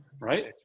right